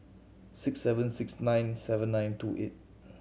six seven six nine seven nine two eight